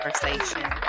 conversation